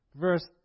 Verse